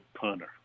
punter